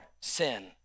sin